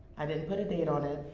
i didn't put a date on it.